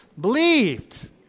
Believed